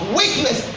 weakness